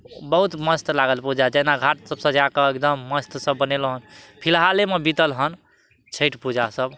बहुत मस्त लागल पूजा जेना घाट सब सजाकऽ एकदम मस्त सभ बनेलहुॅं हन फिलहालेमे बीतल हन छठि पूजा सभ